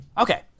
Okay